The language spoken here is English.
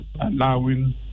allowing